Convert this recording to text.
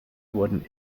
wurden